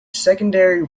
secondary